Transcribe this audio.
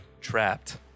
trapped